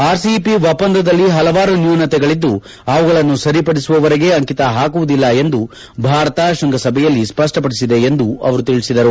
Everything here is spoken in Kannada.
ಆರ್ಸಿಇಪಿ ಒಪ್ಪಂದದಲ್ಲಿ ಹಲವಾರು ನ್ಯೂನತೆಗಳಿದ್ದು ಅವುಗಳನ್ನು ಸರಿಪದಿಸುವವರೆಗೆ ಅಂಕಿತ ಹಾಕುವುದಿಲ್ಲ ಎಂದು ಭಾರತ ಶೃಂಗಸಭೆಯಲ್ಲಿ ಸ್ಪಷ್ಟಪಡಿಸಿದೆ ಎಂದು ಅವರು ತಿಳಿಸಿದರು